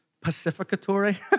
pacificatory